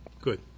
good